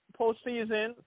postseason